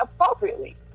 appropriately